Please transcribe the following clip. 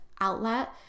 outlet